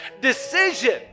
decision